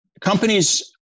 companies